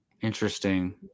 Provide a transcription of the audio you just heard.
Interesting